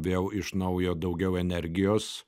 vėl iš naujo daugiau energijos